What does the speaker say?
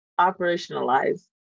operationalize